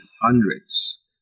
hundreds